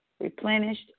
replenished